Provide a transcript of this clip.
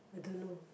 I don't know